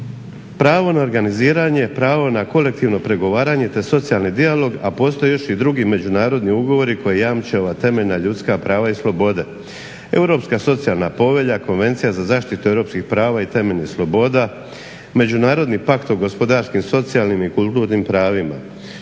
Pravo na organiziranje, pravo na kolektivno pregovaranje te socijalni dijalog, a postoji još i drugi međunarodni ugovori koji jamče ova temeljan ljudska prava i slobode. Europska socijalna povelja, Konvencija za zaštitu Europskih prava i temeljnih sloboda, međunarodni pakt o gospodarskim, socijalnim i kulturnim pravima.